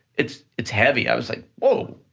it's it's heavy. i was like, whoa,